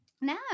No